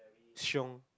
xiong